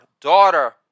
daughter